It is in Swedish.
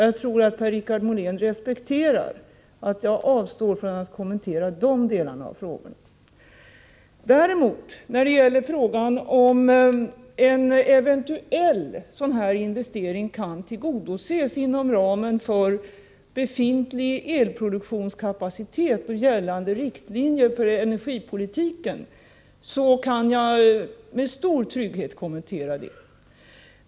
Jag tror att Per-Richard Molén respekterar att jag avstår från att kommentera de delarna av frågeställningen. Frågan om huruvida en eventuell investering kan tillgodoses inom ramen för befintlig elproduktionskapacitet och gällande riktlinjer för energipolitiken kan jag däremot med stor trygghet kommentera.